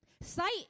Sight